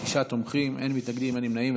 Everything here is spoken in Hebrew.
שישה תומכים, אין מתנגדים, אין נמנעים.